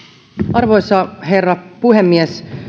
arvoisa herra puhemies